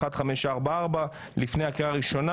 (מ/1544), לפני הקריאה הראשונה.